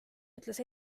ütles